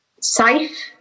safe